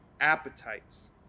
appetites